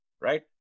Right